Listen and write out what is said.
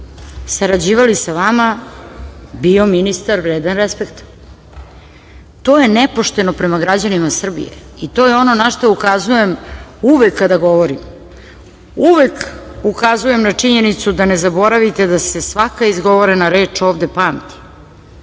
sarađivali sa vama bio ministar vredan respekta. To je nepošteno prema građanima Srbije i to je ono na šta ukazujem. Uvek kada govorim uvek ukazujem na činjenicu da ne zaboravite da se svaka izgovorena reč ovde pamti.